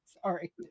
Sorry